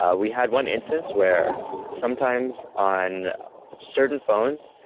ah we had one instance where sometimes on certain phones,